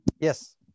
Yes